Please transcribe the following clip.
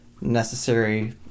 necessary